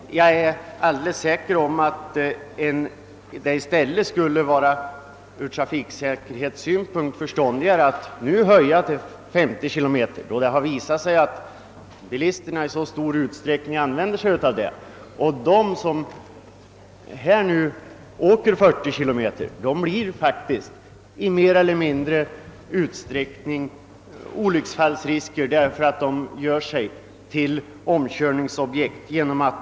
Jag är alldeles säker på ait det vore förståndigare att nu höja hastigheten till 50 km, eftersom det visat sig att bilisterna i så stor utsträckning kör med denna hastighet. De som nu kör med 40 km blir faktiskt i större eller mindre utsträckning olycksfallsrisker, eftersom de så ofta blir omkörda.